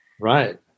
Right